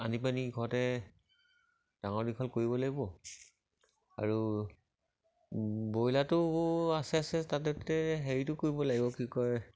আনি পানি ঘৰতে ডাঙৰ দীঘল কৰিব লাগিব আৰু ব্ৰইলাৰটো আছে আছে তাতে হেৰিটো কৰিব লাগিব কি কয়